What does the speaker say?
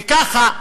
וככה,